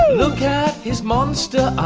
look at his monster